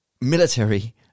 military